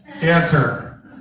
answer